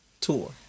tour